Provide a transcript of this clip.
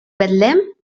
betlem